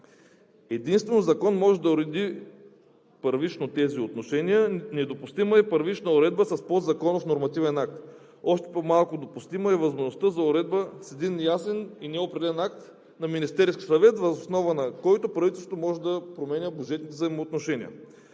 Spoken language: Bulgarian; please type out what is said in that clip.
Единствено закон може да уреди първично тези отношения. Недопустимо е първична уредба – с подзаконов нормативен акт. Още по-малко допустима е възможността за уредба с един ясен и неопределен акт на Министерския съвет, въз основа на който правителството може да променя бюджетните взаимоотношения.